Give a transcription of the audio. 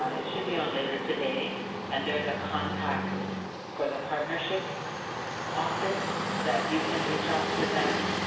it should be on later today and there's a contact for the partnership office that you can reach out to them.